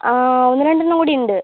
ഒന്ന് രണ്ടെണ്ണം കൂടി ഉണ്ട്